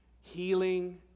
healing